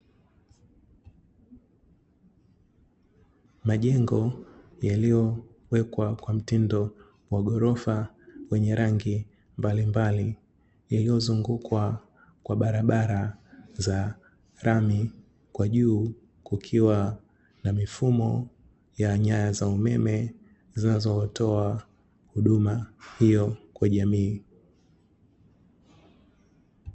Majengo yaliyowekwa kwa mtindo wa ghorofa, yenye rangi mbalimbali, yaliyozungukwa na barabara za lami, kwa juu kukiwa na mifumo ya nyaya za umeme zinazotoa huduma hiyo kwa jamii.